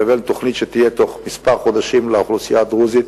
לבין תוכנית שתהיה בתוך חודשים מספר לאוכלוסייה הדרוזית,